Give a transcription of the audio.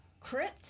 Crypt